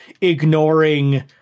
ignoring